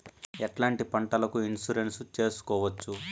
ఎట్లాంటి పంటలకు ఇన్సూరెన్సు చేసుకోవచ్చు?